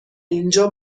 اینجا